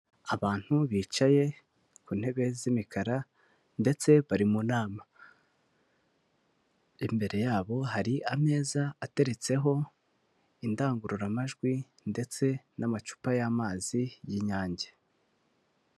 Abantu bicaye ku ntebe z'imikara ndetse bari mu nama. Imbere yabo hari ameza ateretseho indangururamajwi ndetse n'amacupa y'amazi y'inyange.